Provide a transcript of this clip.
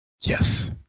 Yes